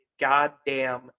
goddamn